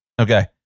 Okay